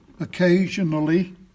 occasionally